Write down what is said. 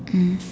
mm